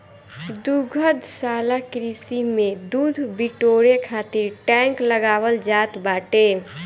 दुग्धशाला कृषि में दूध बिटोरे खातिर टैंक लगावल जात बाटे